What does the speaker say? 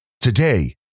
Today